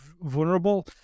vulnerable